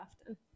often